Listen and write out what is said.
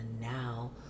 now